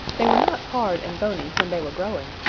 they were not hard and bony when they were growing.